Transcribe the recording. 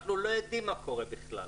אנחנו לא יודעים מה קורה בכלל.